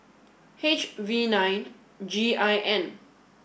H V nine G I N